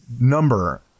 number